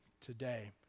today